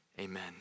Amen